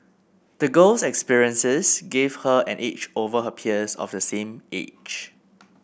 the girl's experiences gave her an edge over her peers of the same age